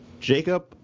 Jacob